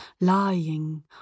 lying